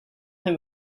him